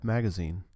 Magazine